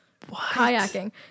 kayaking